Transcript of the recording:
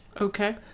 Okay